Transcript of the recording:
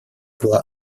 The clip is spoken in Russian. была